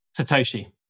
Satoshi